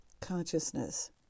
consciousness